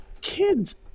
kids